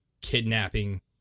kidnapping